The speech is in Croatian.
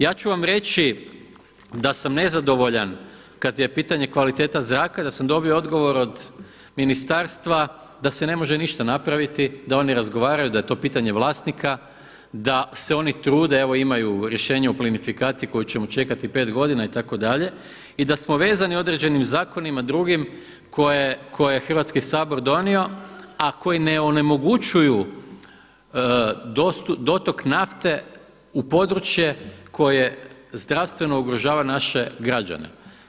Ja ću vam reći da sam nezadovoljan kada je pitanje kvaliteta zraka i da sam dobio odgovor od ministarstva da se ne može ništa napraviti, da oni razgovaraju, da je to pitanje vlasnika, da se oni trude, evo imaju rješenje o plinifikaciji koju ćemo čekati 5 godina itd., i da smo vezani određenim zakonima drugim koje je Hrvatski sabor donio a koje ne onemogućuju dotok nafte u područje koje zdravstveno ugrožava naše građane.